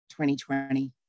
2020